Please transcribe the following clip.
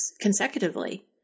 consecutively